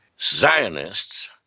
Zionists